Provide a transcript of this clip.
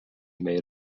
made